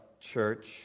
church